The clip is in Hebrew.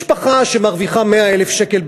משפחה שמרוויחה 100,000 שקל,